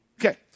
Okay